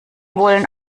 wollen